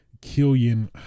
Killian